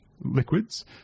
Liquids